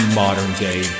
modern-day